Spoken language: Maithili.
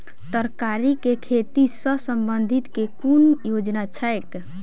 तरकारी केँ खेती सऽ संबंधित केँ कुन योजना छैक?